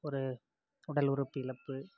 ஒரு உடல் உறுப்பு இழப்பு